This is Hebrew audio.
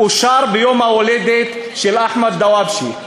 ביום-ההולדת של אחמד דוואבשה.